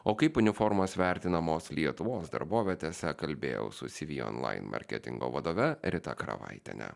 o kaip uniformos vertinamos lietuvos darbovietėse kalbėjau su cv online marketingo vadove rita karavaitiene